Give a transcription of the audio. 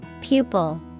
Pupil